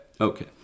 Okay